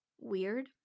weird